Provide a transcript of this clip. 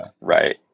right